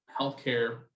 healthcare